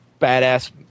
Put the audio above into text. badass